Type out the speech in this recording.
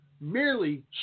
merely